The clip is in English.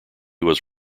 was